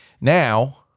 Now